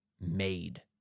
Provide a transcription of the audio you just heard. made